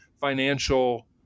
financial